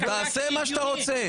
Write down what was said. תעשה מה שאתה רוצה.